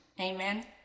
amen